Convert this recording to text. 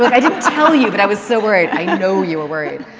but i didn't tell you but i was so worried. i know you were worried.